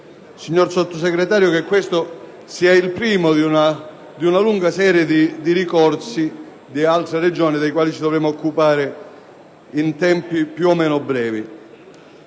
signor Sottosegretario, che questo sia il primo di una lunga serie di ricorsi di altre Regioni dei quali ci dovremo occupare in tempi più o meno brevi),